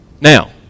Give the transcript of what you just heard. Now